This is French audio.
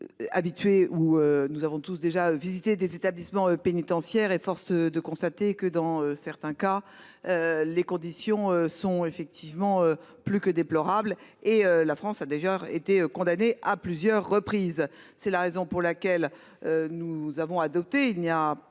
détention. Nous avons tous ici déjà visité des établissements pénitentiaires : force est de constater que, dans certains cas, les conditions sont en effet plus que déplorables. La France a déjà été condamnée à plusieurs reprises. C'est la raison pour laquelle nous avons, il n'y a